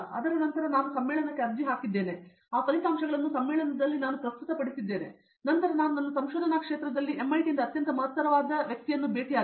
ಅದರ ನಂತರ ನಾನು ಸಮ್ಮೇಳನಕ್ಕೆ ಅರ್ಜಿ ಹಾಕಿದ್ದೇನೆ ಆ ಫಲಿತಾಂಶಗಳನ್ನು ಸಮ್ಮೇಳನದಲ್ಲಿ ನಾನು ಪ್ರಸ್ತುತಪಡಿಸಿದ್ದೇನೆ ನಂತರ ನಾನು ನನ್ನ ಸಂಶೋಧನಾ ಕ್ಷೇತ್ರದಲ್ಲಿ MIT ಯಿಂದ ಅತ್ಯಂತ ಮಹತ್ತರವಾದ ವ್ಯಕ್ತಿಯನ್ನು ಭೇಟಿಯಾದೆ